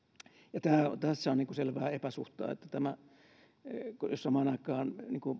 ja tässä on selvää epäsuhtaa että jos samaan aikaan